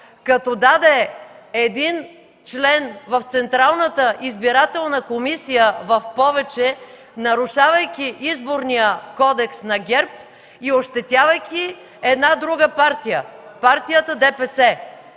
като даде един член в Централната избирателна комисия в повече, нарушавайки Изборния кодекс на ГЕРБ и ощетявайки една друга партия – партията на